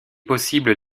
possible